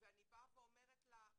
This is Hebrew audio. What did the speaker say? ואני באה ואומרת לה,